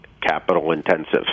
capital-intensive